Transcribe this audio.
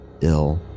ill